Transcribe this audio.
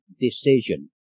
decision